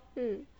mm